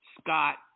Scott